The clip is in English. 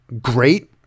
great